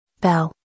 Bell